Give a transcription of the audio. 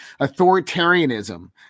authoritarianism